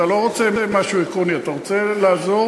אתה לא רוצה משהו עקרוני, אתה רוצה לעזור